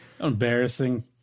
Embarrassing